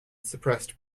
suppressed